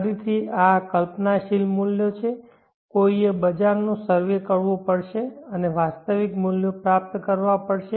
ફરીથી આ કલ્પનાશીલ મૂલ્યો છે કોઈએ બજાર નો સર્વે કરવો પડશે અને વાસ્તવિક મૂલ્યો પ્રાપ્ત કરવા પડશે